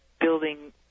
building